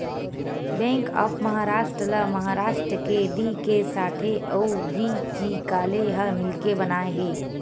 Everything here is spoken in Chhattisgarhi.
बेंक ऑफ महारास्ट ल महारास्ट के डी.के साठे अउ व्ही.जी काले ह मिलके बनाए हे